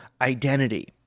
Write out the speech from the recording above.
identity